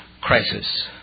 crisis